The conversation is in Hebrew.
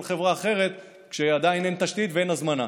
חברה אחרת כשעדיין אין תשתית ואין הזמנה.